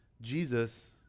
Jesus